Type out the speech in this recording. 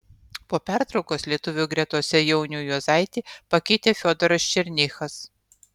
po pertraukos lietuvių gretose jaunių juozaitį pakeitė fiodoras černychas